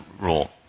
rule